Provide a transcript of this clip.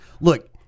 Look